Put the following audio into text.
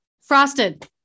Frosted